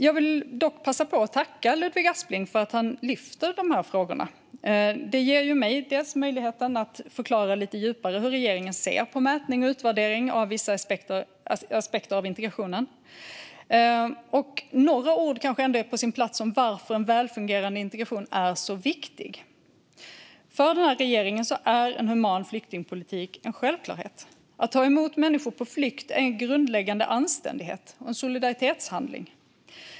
Jag vill dock passa på att tacka Ludvig Aspling för att han lyfter dessa frågor. Det ger mig möjlighet att lite mer på djupet förklara hur regeringen ser på mätning och utvärdering av vissa aspekter av integrationen. Några ord kanske också är på plats om varför en välfungerande integration är så viktig. För den här regeringen är en human flyktingpolitik en självklarhet. Att ta emot människor på flykt är en grundläggande anständighet och en solidaritetshandling.